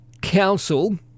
Council